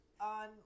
on